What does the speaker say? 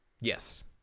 yes